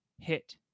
hit